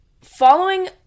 following